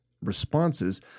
responses